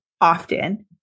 often